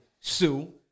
Sue